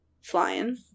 flying